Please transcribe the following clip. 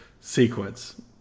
sequence